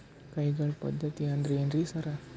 ಕೈಗಾಳ್ ಪದ್ಧತಿ ಅಂದ್ರ್ ಏನ್ರಿ ಸರ್?